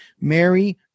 Mary